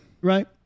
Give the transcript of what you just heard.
Right